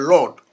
Lord